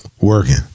working